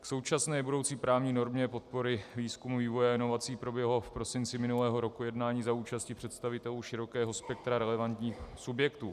K současné i budoucí právní úpravě podpory výzkumu, vývoje a inovací proběhlo v prosinci minulého roku jednání za účasti představitelů širokého spektra relevantních subjektů.